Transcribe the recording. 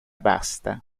basta